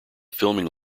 filming